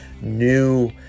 new